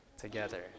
together